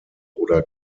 oder